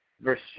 verse